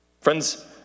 Friends